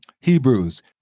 Hebrews